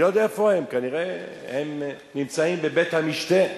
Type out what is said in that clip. אני לא יודע איפה הם, כנראה הם נמצאים בבית המשתה.